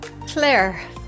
Claire